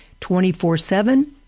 24-7